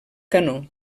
canó